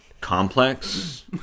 Complex